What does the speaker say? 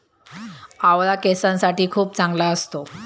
आवळा केसांसाठी खूप चांगला असतो